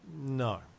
No